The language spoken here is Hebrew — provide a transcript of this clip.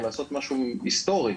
לעשות משהו היסטורי,